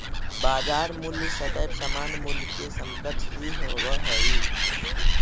बाजार मूल्य सदैव सामान्य मूल्य के समकक्ष ही होवऽ हइ